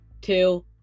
Two